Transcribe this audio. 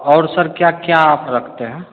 और सर क्या क्या आप रखते हैं